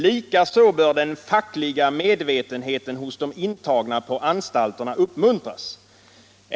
Likaså bör den fackliga medvetenheten hos de intagna på anstalterna uppmuntras.